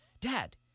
Dad